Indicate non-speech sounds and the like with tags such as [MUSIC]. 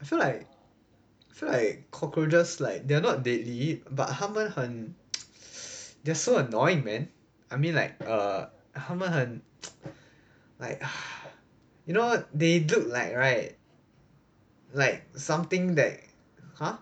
I feel like feel like cockroaches like they're not deadly but 他们很 [NOISE] just so annoying man I mean like err 他们很 [NOISE] like [BREATH] you know they look like right like something that !huh!